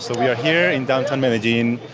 so we are here in downtown medellin.